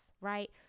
Right